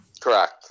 Correct